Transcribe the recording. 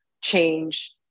change